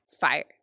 fire